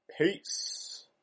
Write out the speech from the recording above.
Peace